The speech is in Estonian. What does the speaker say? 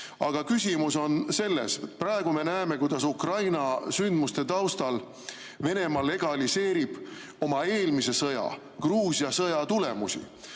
Aga küsimus on selles, et praegu me näeme, kuidas Ukraina sündmuste taustal Venemaa legaliseerib oma eelmise sõja, Gruusia sõja tulemusi.